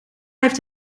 heeft